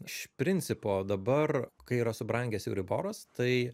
iš principo dabar kai yra subrangęs euriboras tai